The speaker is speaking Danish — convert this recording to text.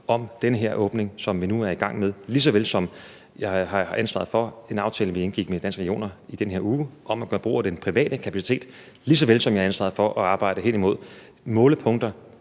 om den her åbning, som vi nu er i gang med, lige såvel som jeg har ansvaret for en aftale, vi indgik med Danske Regioner i den her uge om at gøre brug af den private kapacitet, lige såvel som jeg har ansvaret for at arbejde hen imod målepunkter,